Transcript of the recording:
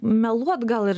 meluot gal ir